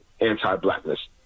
anti-blackness